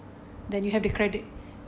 then you have the credit